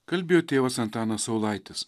kalbėjo tėvas antanas saulaitis